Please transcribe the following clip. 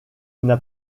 n’a